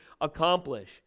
accomplish